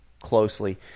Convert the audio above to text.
closely